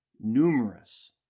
Numerous